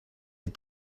had